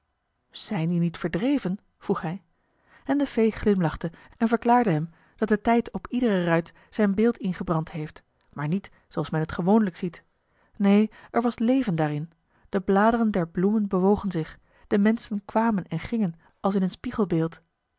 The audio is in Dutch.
zijn die niet verdreven vroeg hij en de fee glimlachte en verklaarde hem dat de tijd op iedere ruit zijn beeld ingebrand heeft maar niet zooals men het gewoonlijk ziet neen er was leven daarin de bladeren der bloemen bewogen zich de menschen kwamen en gingen als in een spiegelbeeld